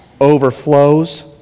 overflows